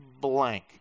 blank